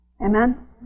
Amen